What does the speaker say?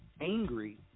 angry